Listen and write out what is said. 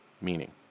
Meaning